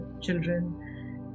children